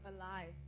alive